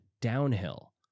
downhill